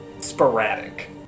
sporadic